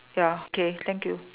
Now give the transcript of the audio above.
ya okay thank you